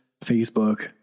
Facebook